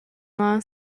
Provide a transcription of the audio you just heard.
law